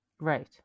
Right